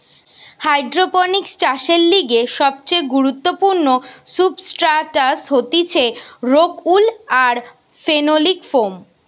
hydroponics চাষের লিগে সবচেয়ে গুরুত্বপূর্ণ সুবস্ট্রাটাস হতিছে রোক উল আর ফেনোলিক ফোম